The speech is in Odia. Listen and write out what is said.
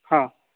ହଁ